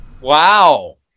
Wow